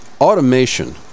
Automation